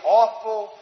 awful